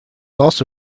also